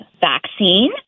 vaccine